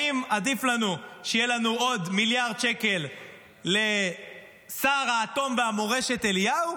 האם עדיף לנו שיהיה לנו עוד מיליארד שקל לשר האטום והמורשת אליהו,